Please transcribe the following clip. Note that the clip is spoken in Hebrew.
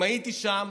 אם הייתי שם